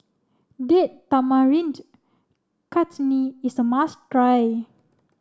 Date Tamarind Chutney is a must try